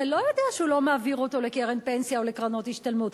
אתה לא יודע שהוא לא מעביר אותו לקרן פנסיה או לקרנות השתלמות,